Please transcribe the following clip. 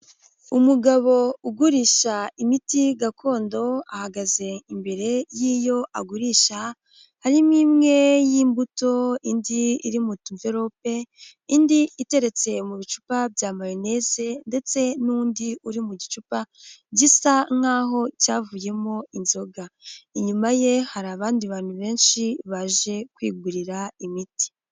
Umugabo ugurisha imiti gakondo, ahagaze imbere y'iyo agurisha. Harimo imwe y'imbuto, indi iri mutumvelope, indi iteretse mu bicupa bya mayonese ndetse n'undi uri mu gicupa gisa nkaho cyavuyemo inzoga. Inyuma ye hari abandi bantu benshi baje kwigurira imiti.